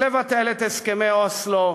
לבטל את הסכמי אוסלו,